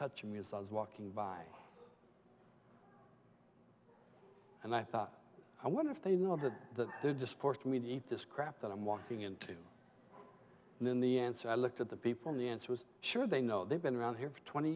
touching me as i was walking by and i thought i wonder if they know that they're just forced me to eat this crap that i'm walking into and then the answer i looked at the people in the answer was sure they know they've been around here for twenty